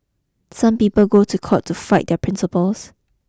some people go to court to fight their principles